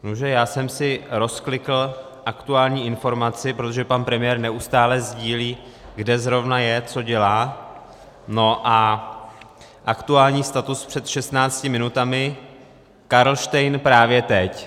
Nuže já jsem si rozklikl aktuální informaci, protože pan premiér neustále sdílí, kde zrovna je, co dělá, no a aktuální status před šestnácti minutami: Karlštejn právě teď.